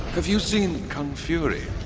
have you seen kung fury?